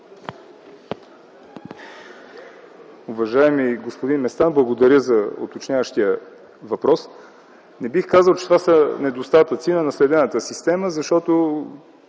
Уважаеми господин Местан, благодаря за уточняващия въпрос. Не бих казал, че това са недостатъци на наследената система, защото